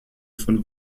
von